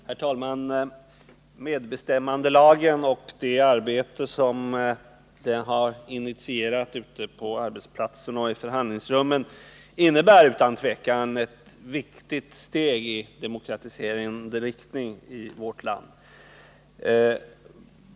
Herr talman! Medbestämmandelagen och det arbete som den har initierat ute på arbetsplatserna och i förhandlingsrummen innebär utan tvivel ett 127 viktigt steg i demokratiserande riktning i vårt land.